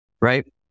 right